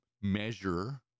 measure